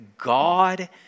God